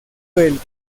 del